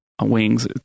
wings